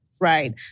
right